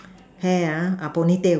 hair ah uh pony tail